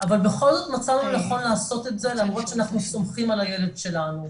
אבל בכל זאת מצאנו לנכון לעשות את זה למרות שאנחנו סומכים על הילד שלנו.